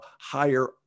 higher